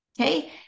okay